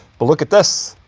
but look at this.